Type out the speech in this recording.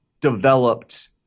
developed